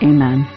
Amen